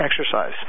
exercise